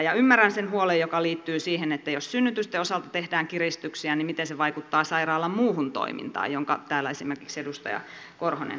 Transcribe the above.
ja ymmärrän sen huolen joka liittyy siihen että jos synnytysten osalta tehdään kiristyksiä niin miten se vaikuttaa sairaalan muuhun toimintaan minkä täällä esimerkiksi edustaja korhonen äsken nosti esille